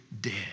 dead